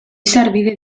sarbide